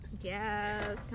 yes